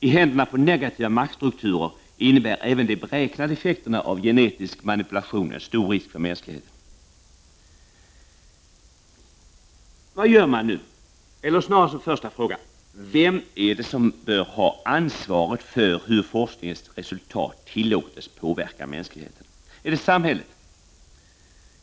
I händerna på negativa maktstrukturer innebär även de beräknade effekterna av genetisk manipulation en stor risk för mänskligheten. Vad gör man nu? Eller snarare som en första fråga: Vem är det som bör ha ansvaret för hur forskningens resultat tillåts påverka mänskligheten? Är det samhället?